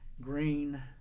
green